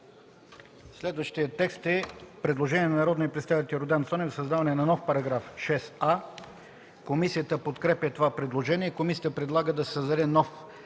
Следващият текст е предложение на народния представител Йордан Цонев за създаване на нов § 6а. Комисията подкрепя това предложение. Комисията предлага да се създаде нов §